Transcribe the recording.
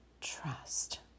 trust